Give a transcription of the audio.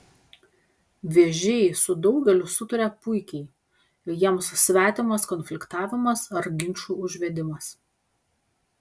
vėžiai su daugeliu sutaria puikiai jiems svetimas konfliktavimas ar ginčų užvedimas